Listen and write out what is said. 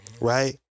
Right